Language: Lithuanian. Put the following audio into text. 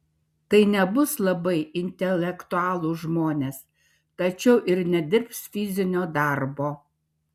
tai nebus labai intelektualūs žmonės tačiau ir nedirbs fizinio darbo